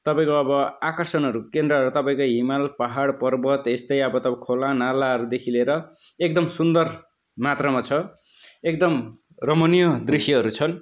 तपाईँको अब आकर्षणहरू केन्द्रहरू तपाईँको हिमाल पहाड पर्वत यस्तै अब तपाईँको खोला नालाहरूदेखि लिएर एकदम सुन्दर मात्रामा छ एकदम रमणीय दृश्यहरू छन्